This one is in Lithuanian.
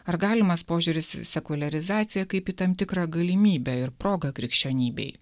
ar galimas požiūris į sekuliarizaciją kaip į tam tikrą galimybę ir progą krikščionybei